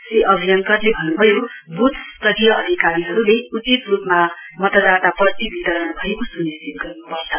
श्री अभयङ्करले भन्न् भयो ब्थ स्तरीय अधिकारीहरूले उचित रूपमा मतदाता पर्ची वितरण भएको सुनिश्चित गर्नुपर्छ